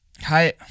Hi